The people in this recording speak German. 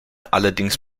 allerdings